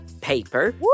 Paper